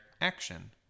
action